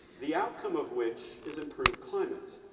the outcome of which is improved climate.